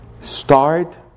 Start